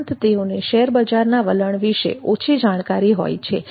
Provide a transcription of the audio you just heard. ઉપરાંત તેઓને શેરબજારના વલણ વિશે ઓછી જાણકારી હોય છે